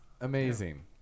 amazing